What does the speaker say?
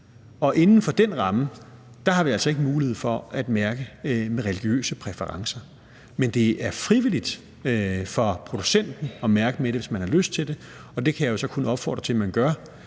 og inden for den ramme har vi altså ikke mulighed for at mærke med religiøse præferencer. Men det er frivilligt for producenten at mærke med det, hvis man har lyst til det, og det kan jeg jo så kun opfordre til at man gør.